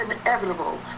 inevitable